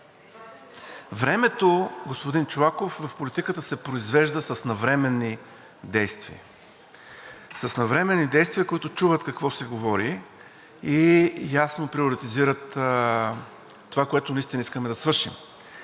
Времето, господин Чолаков, в политиката се произвежда с навременни действия. С навременни действия, които чуват какво се говори и ясно приоритизират това, което наистина искаме да свършим.